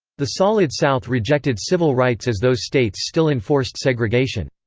the solid south rejected civil rights as those states still enforced segregation.